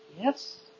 Yes